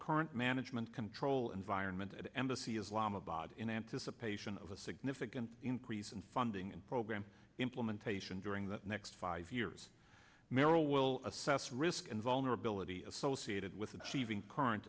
current management control environment at embassy islam abad in anticipation of a significant increase in funding and programme implementation during the next five years merrill will assess risk in vulnerability associated with achieving current